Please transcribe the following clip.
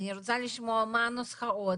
אני רוצה לשמוע מה הנוסחאות,